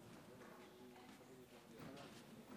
שלום, כבוד